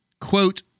quote